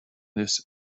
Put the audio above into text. this